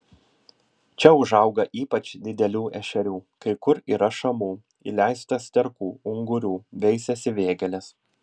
čia užauga ypač didelių ešerių kai kur yra šamų įleista sterkų ungurių veisiasi vėgėlės